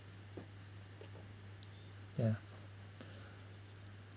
yeah